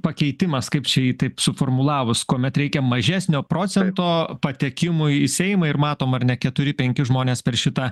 pakeitimas kaip čia jį taip suformulavus kuomet reikia mažesnio procento patekimui į seimą ir matom ar ne keturi penki žmonės per šitą